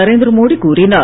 நரேந்திர மோடி கூறினார்